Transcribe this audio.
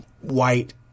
white